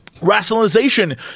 Rationalization